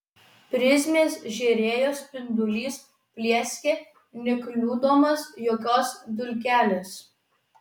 prizmės žėrėjo spindulys plieskė nekliudomas jokios dulkelės